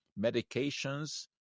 medications